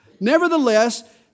nevertheless